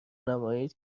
نمایید